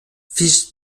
fils